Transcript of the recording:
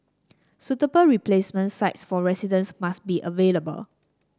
suitable replacement sites for residents must be available